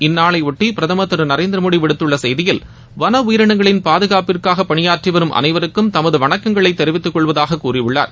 இந்நாளையொட்டி பிரதமர் திரு நரேந்திரமோடி விடுத்துள்ள செய்தியில் வன பாதுகாப்புக்காக பணியாற்றி வரும் அனைவருக்கும் தமது வணக்கங்களை தெிவித்தக் கொள்வதாகக் கூறியுள்ளார்